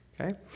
Okay